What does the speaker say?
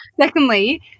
Secondly